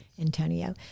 Antonio